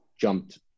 jumped